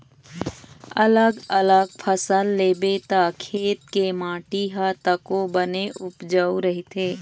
अलग अलग फसल लेबे त खेत के माटी ह तको बने उपजऊ रहिथे